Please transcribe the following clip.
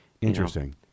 Interesting